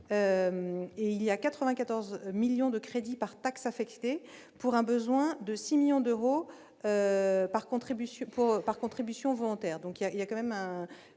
et il y a 94 millions de crédits par taxe affectée pour un besoin de 6 millions d'euros par contribution pour par